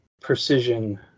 precision